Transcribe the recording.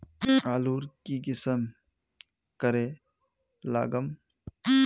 आलूर की किसम करे लागम?